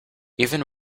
even